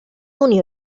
unió